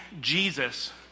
Jesus